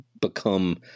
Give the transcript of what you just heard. become